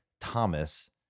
thomas